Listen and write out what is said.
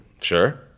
Sure